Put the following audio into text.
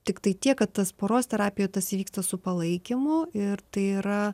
tiktai tiek kad tas poros terapijoj tas įvyksta su palaikymu ir tai yra